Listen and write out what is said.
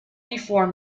before